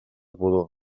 pudor